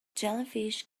jellyfish